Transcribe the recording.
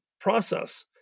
process